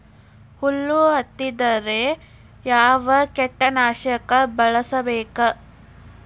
ಹುಳು ಹತ್ತಿದ್ರೆ ಯಾವ ಕೇಟನಾಶಕ ಬಳಸಬೇಕ?